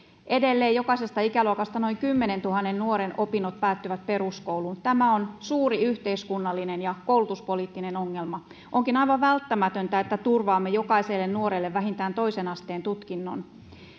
edelleen jokaisesta ikäluokasta noin kymmenentuhannen nuoren opinnot päättyvät peruskouluun ja tämä on suuri yhteiskunnallinen ja koulutuspoliittinen ongelma onkin aivan välttämätöntä että turvaamme jokaiselle nuorelle vähintään toisen asteen tutkinnon